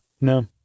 No